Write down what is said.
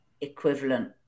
equivalent